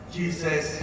jesus